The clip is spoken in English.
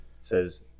says